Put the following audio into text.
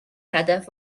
هدف